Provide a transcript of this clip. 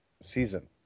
season